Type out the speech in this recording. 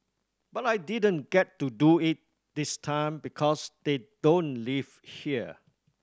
but I didn't get to do it this time because they don't live here